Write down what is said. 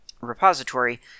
repository